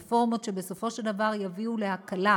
רפורמות שבסופו של דבר יביאו להקלה,